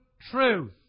truth